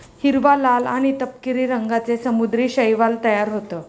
हिरवा, लाल आणि तपकिरी रंगांचे समुद्री शैवाल तयार होतं